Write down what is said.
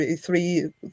three